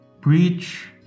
preach